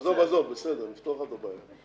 עזוב, נפתור לך את הבעיה.